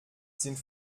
sind